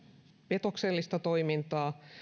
petoksellista toimintaa